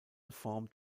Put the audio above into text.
formed